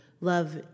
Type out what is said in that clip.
love